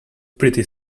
pretty